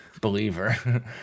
believer